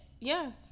yes